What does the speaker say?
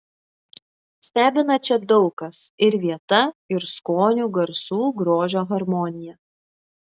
stebina čia daug kas ir vieta ir skonių garsų grožio harmonija